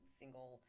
single